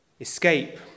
escape